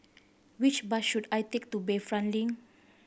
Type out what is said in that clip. which bus should I take to Bayfront Link